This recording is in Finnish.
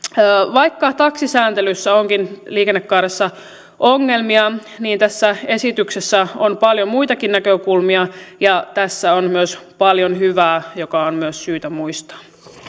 vaikka taksisääntelyssä onkin liikennekaaressa ongelmia niin tässä esityksessä on paljon muitakin näkökulmia ja tässä on myös paljon hyvää mikä on myös syytä muistaa